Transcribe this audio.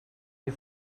you